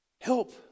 Help